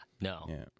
No